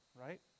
Right